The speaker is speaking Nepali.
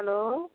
हेलो